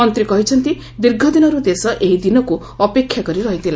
ମନ୍ତ୍ରୀ କହିଛନ୍ତି ଦୀର୍ଘଦିନରୁ ଦେଶ ଏହି ଦିନକୁ ଅପେକ୍ଷା କରି ରହିଥିଲା